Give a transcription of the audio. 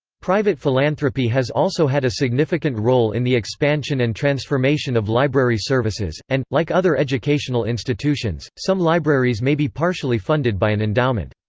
private philanthropy has also had a significant role in the expansion and transformation of library services, and, like other educational institutions, some libraries may be partially funded by an endowment.